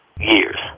years